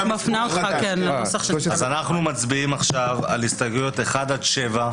אנחנו מצביעים עכשיו על הסתייגויות 7-1,